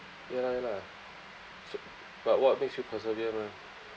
ya lah ya lah so but what makes you persevere mah